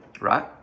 right